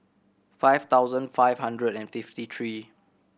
five thousand five hundred and fifty three